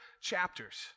chapters